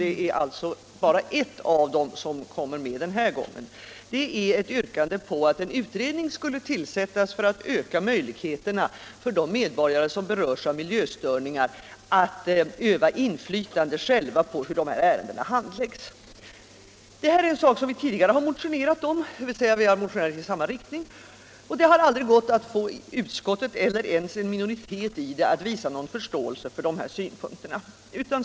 Det är alltså bara ett av dem som kommer med den här gången, nämligen yrkandet på att en utredning skall tillsättas för att öka möjligheterna för medborgare som berörts av miljöstörningar att själva öva inflytande på hur dessa ärenden handläggs. 113 Detta är en sak som vi tidigare har motionerat om, dvs. vi har motionerat i samma riktning, men det har aldrig gått att få utskottets eller ens en minoritet i det att visa någon förståelse för de här synpunkterna.